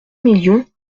millions